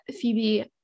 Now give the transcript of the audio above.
Phoebe